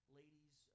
ladies